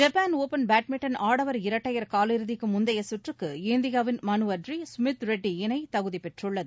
Japan open badminton ஆடவர் இரட்டையர் காலிறுதிக்கு முந்தைய சுற்றுக்கு இந்தியாவின் மனு அட்ரி சுமித் ரெட்டி இணை தகுதிப்பெற்றுள்ளது